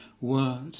word